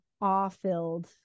awe-filled